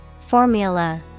Formula